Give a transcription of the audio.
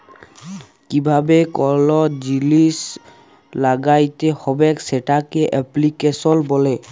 কিভাবে কল জিলিস ল্যাগ্যাইতে হবেক সেটকে এপ্লিক্যাশল ব্যলে